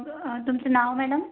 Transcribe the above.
तुमचं नाव मॅडम